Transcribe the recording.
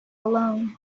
alone